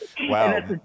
Wow